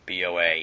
BOA